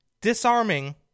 disarming